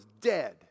dead